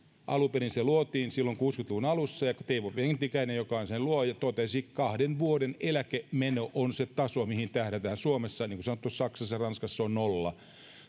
alun perin se luotiin silloin kuusikymmentä luvun alussa ja teivo pentikäinen joka on sen luoja totesi että kahden vuoden eläkemeno on se taso mihin tähdätään suomessa niin kuin sanottu saksassa ja ranskassa se on nolla